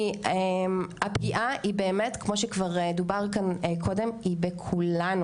כי הפגיעה היא באמת כמו שכבר דובר כאן קודם היא בכולנו,